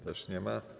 Też nie ma.